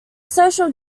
social